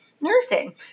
nursing